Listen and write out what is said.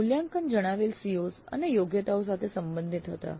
મૂલ્યાંકન જણાવેલ COs અને યોગ્યતાઓ સાથે સંબંધિત હતા